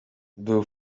był